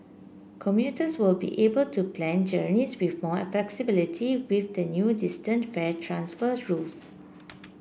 commuters will be able to plan journeys with more flexibility with the new distance fare transfer rules